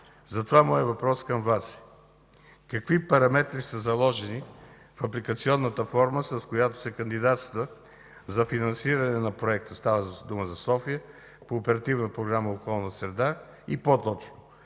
Затова моят въпрос към Вас е: какви параметри са заложени в апликационната форма, с която се кандидатства за финансиране на Проекта – става дума за София, по Оперативна програма „Околна среда”? И по-точно: